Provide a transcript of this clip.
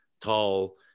tall